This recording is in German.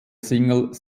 single